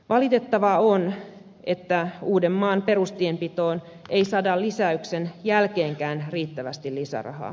valitettavaa on että uudenmaan perustienpitoon ei saada lisäyksen jälkeenkään riittävästi lisärahaa